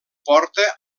porta